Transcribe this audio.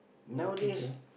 you were thinking